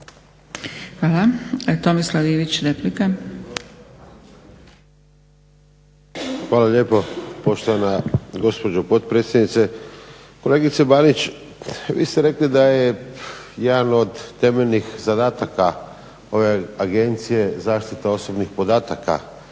**Ivić, Tomislav (HDZ)** Hvala lijepo poštovana gospođo potpredsjednice. Kolegice Banić, vi ste rekli da je jedan od temeljnih zadataka ove Agencije zaštita osobnih podataka